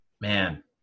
man